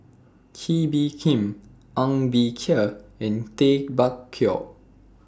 Kee Bee Khim Ng Bee Kia and Tay Bak Koi